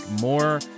More